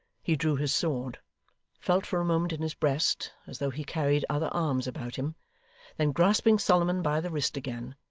he drew his sword felt for a moment in his breast, as though he carried other arms about him then grasping solomon by the wrist again,